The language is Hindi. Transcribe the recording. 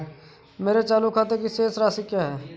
मेरे चालू खाते की शेष राशि क्या है?